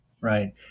right